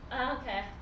okay